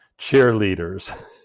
cheerleaders